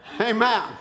Amen